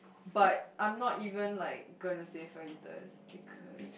but I'm not even like gonna save Fajitas